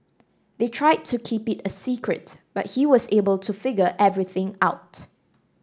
they tried to keep it a secret but he was able to figure everything out